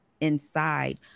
inside